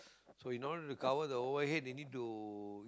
so in order to cover the overhead they need to